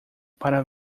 para